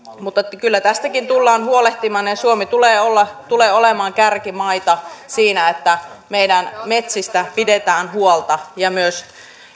mutta kyllä tästäkin tullaan huolehtimaan ja suomi tulee olemaan kärkimaita siinä että meidän metsistä pidetään huolta ja myös